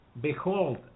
Behold